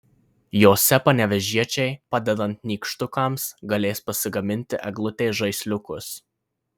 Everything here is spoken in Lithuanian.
jose panevėžiečiai padedant nykštukams galės pasigaminti eglutei žaisliukus